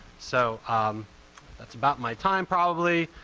so that's about my time, probably,